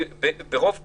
ברוב קולות,